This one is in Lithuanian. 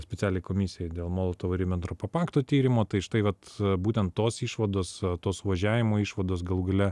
specialiai komisijai dėl molotovo ribentropo pakto tyrimo tai štai vat būtent tos išvados tos suvažiavimo išvados galų gale